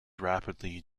rapidly